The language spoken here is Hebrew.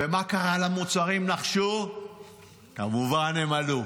ונחשו מה קרה למוצרים, כמובן, הם עלו.